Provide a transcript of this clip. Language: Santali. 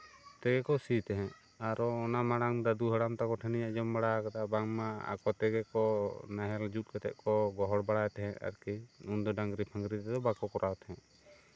ᱛᱮᱜᱮ ᱠᱚ ᱥᱤ ᱛᱟᱦᱮᱸᱜ ᱟᱨᱚ ᱚᱱᱟ ᱢᱟᱲᱟᱝ ᱫᱟᱫᱩ ᱦᱟᱲᱟᱢ ᱛᱟᱠᱚ ᱴᱷᱮᱱᱤᱧ ᱟᱸᱡᱚᱢ ᱵᱟᱲᱟ ᱠᱟᱫᱟ ᱵᱟᱝᱢᱟ ᱟᱠᱚ ᱛᱮᱜᱮ ᱠᱚ ᱱᱟᱦᱮᱞ ᱡᱩᱛ ᱠᱟᱛᱮᱜ ᱠᱚ ᱜᱚᱦᱚᱲ ᱵᱟᱲᱟᱭ ᱛᱟᱦᱮᱸᱜ ᱟᱨᱠᱤ ᱩᱱᱫᱚ ᱰᱟᱝᱨᱟ ᱯᱷᱟᱝᱨᱤ ᱛᱮᱫᱚ ᱵᱟᱝᱠᱚ ᱠᱚᱨᱟᱣ ᱛᱟᱦᱮᱸᱜ